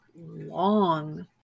long